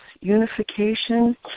unification